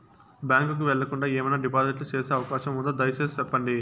Bank కు వెళ్లకుండా, ఏమన్నా డిపాజిట్లు సేసే అవకాశం ఉందా, దయసేసి సెప్పండి?